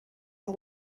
pas